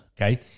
Okay